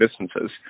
distances